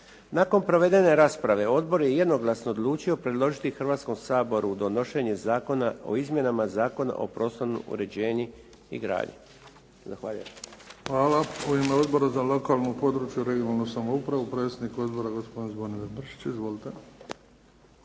Nakon provedene rasprave odbor je jednoglasno odlučio predložiti Hrvatskom saboru donošenje Zakona o izmjenama zakona o prostornom uređenju i gradnji. Zahvaljujem. **Bebić, Luka (HDZ)** Hvala. U ime Odbora za lokalnu, područnu (regionalnu) samoupravu. Predsjednik Odbora gospodin Zvonimir Mršić. Izvolite.